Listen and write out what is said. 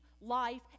life